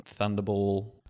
Thunderball